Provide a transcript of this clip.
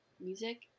music